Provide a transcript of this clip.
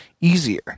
easier